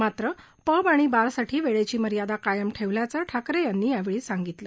मात्र पब आणि बारसाठी वेळेची मर्यादा कायम ठेवल्याचं ठाकरे यांनी या वेळी सांगितलं